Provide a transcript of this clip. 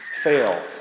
fail